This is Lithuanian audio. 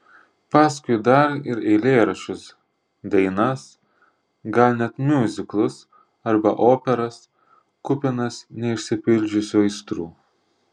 paskui dar ir eilėraščius dainas gal net miuziklus arba operas kupinas neišsipildžiusių aistrų